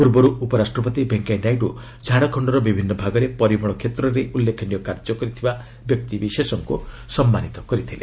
ପୂର୍ବରୁ ଉପରାଷ୍ଟ୍ରପତି ଭେଙ୍କିୟା ନାଇଡୁ ଝାଡ଼ଖଣ୍ଡର ବିଭିନ୍ନ ଭାଗରେ ପରିମଳ କ୍ଷେତ୍ରରେ ଉଲ୍ଲେଖନୀୟ କାର୍ଯ୍ୟ କରିଥିବା ବ୍ୟକ୍ତି ବିଶେଷଙ୍କୁ ସମ୍ମାନିତ କରିଥିଲେ